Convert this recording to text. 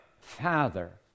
Father